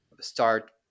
start